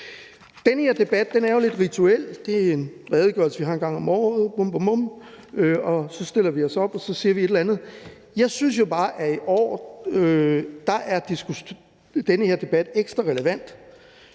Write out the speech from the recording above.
Den her debat er jo lidt rituel – det er en redegørelse, vi har en gang om året, bum-bum-bum, og så stiller vi os op og siger et eller andet. Jeg synes jo bare, at den her debat er ekstra relevant